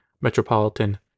Metropolitan